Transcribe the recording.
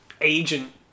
agent